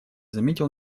заметил